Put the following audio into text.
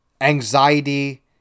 anxiety